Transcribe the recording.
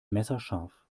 messerscharf